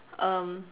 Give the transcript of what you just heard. um